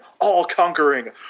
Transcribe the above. all-conquering